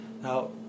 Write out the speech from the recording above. Now